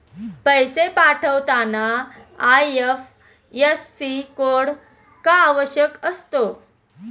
पैसे पाठवताना IFSC code का आवश्यक असतो?